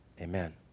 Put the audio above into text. Amen